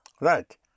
Right